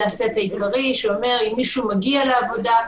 זה הסט העיקרי שאומר אם מישהו מגיע לעבודה,